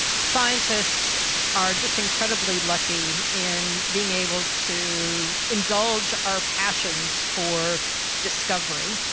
scientists are just incredibly lucky in being able to indulge our passions for discovery,